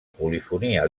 polifonia